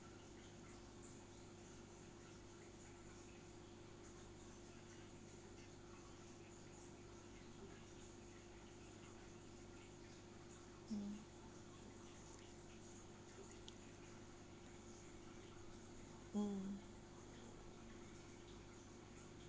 mm mm